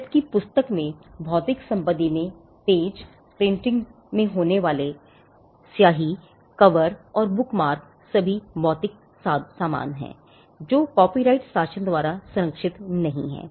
जबकि पुस्तक में भौतिक संपत्ति में पेज प्रिंटिंग में इस्तेमाल होने वाली स्याही कवर और बुकमार्क सभी भौतिक सामान हैं जो कॉपीराइट शासन द्वारा संरक्षित नहीं हैं